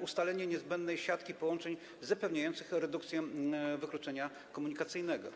ustalenie niezbędnej siatki połączeń zapewniającej redukcję wykluczenia komunikacyjnego?